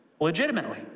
Legitimately